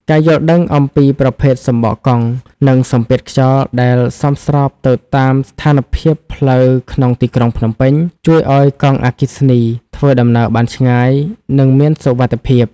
ការយល់ដឹងអំពីប្រភេទសំបកកង់ និងសម្ពាធខ្យល់ដែលសមស្របទៅតាមស្ថានភាពផ្លូវក្នុងទីក្រុងភ្នំពេញ ជួយឱ្យកង់អគ្គិសនីធ្វើដំណើរបានឆ្ងាយ និងមានសុវត្ថិភាព។